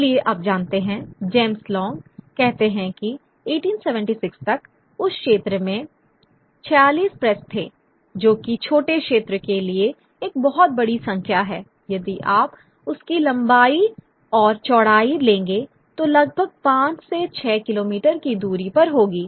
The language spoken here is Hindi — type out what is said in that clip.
इसलिए आप जानते हैं जेम्स लॉन्ग कहते हैं कि 1876 तक उस क्षेत्र में 46 प्रेस थे जो कि छोटे क्षेत्र के लिए एक बहुत बड़ी संख्या है यदि आप उसकी लंबाई और चौड़ाई लेंगे तो लगभग 5 से 6 किलोमीटर की दूरी पर होगी